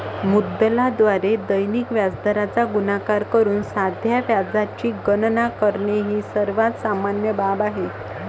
मुद्दलाद्वारे दैनिक व्याजदराचा गुणाकार करून साध्या व्याजाची गणना करणे ही सर्वात सामान्य बाब आहे